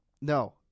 no